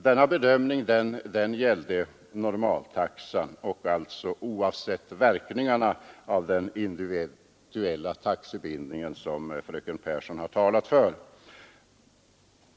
Denna bedömning gällde normaltaxan, och den kvarstår oavsett verkningarna av den individuella taxebildning som fröken Pehrsson talat för.